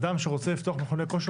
אדם שרוצה לפתוח מכוני כושר,